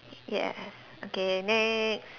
yes okay next